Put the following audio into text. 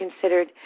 considered